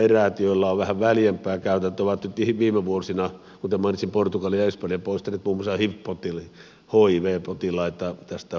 eräät joilla on vähän väljempää käytäntöä ovat nyt viime vuosina kuten mainitsin portugalin ja espanjan poistaneet muun muassa hiv potilaita tästä hoitojärjestelmästä